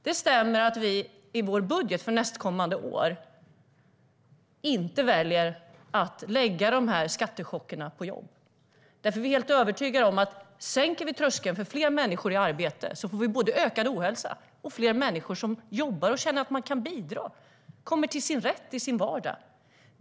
Det stämmer att vi i vår budget för nästkommande år inte väljer att lägga de här skattechockerna på jobb. Vi är nämligen helt övertygade om att ifall vi sänker tröskeln för fler människor i arbete får vi både ökad hälsa och fler människor som jobbar och känner att de kan bidra och kommer till sin rätt i sin vardag.